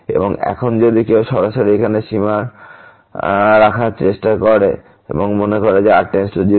এবং এখন যদি কেউ সরাসরি এখানে সীমা রাখার চেষ্টা করে এবং মনে করে যে r → 0